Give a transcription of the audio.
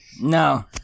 No